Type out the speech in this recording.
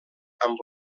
amb